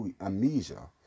amnesia